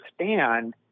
understand